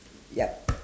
yup